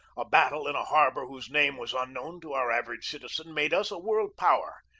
a battle in a harbor whose name was un known to our average citizen made us a world-power,